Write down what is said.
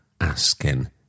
asking